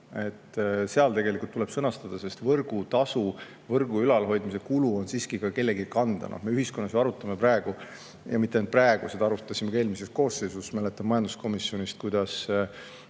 Seal tegelikult tuleb see ära sõnastada, sest võrgutasu, võrgu ülalhoidmise kulu on siiski ka kellegi kanda. Me ühiskonnas ju arutame praegu – ja mitte ainult praegu, seda me arutasime ka eelmises koosseisus, mäletan majanduskomisjonist –,